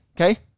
Okay